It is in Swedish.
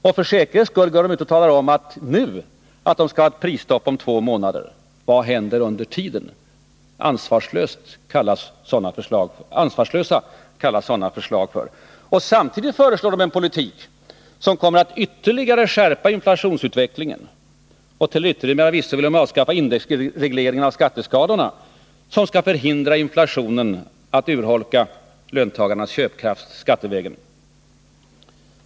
Och för säkerhets skull: Om de nu talar om att de skall ha ett prisstopp om två månader, vad händer då under tiden? — Ansvarslösa kallas sådana förslag. Samtidigt föreslår de en politik som kommer att ytterligare skärpa inflationsutvecklingen. Till yttermera visso vill de avskaffa indexregleringen av skatteskalorna, som skall förhindra att inflationen urholkar löntagarnas köpkraft skattevägen.